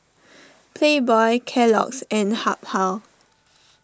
Playboy Kellogg's and Habhal